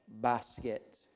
basket